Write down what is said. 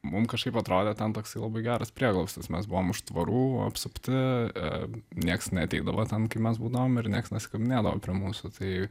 mum kažkaip atrodė ten labai geras prieglobstis mes buvom už tvorų apsupti nieks neateidavo ten kai mes būdavom ir nieks ne ne prie mūsų tai